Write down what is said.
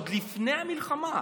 עוד לפני המלחמה.